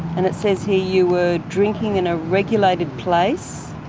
and it says here you were drinking in a regulated place,